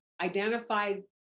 identified